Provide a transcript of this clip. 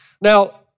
Now